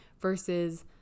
versus